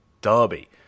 Derby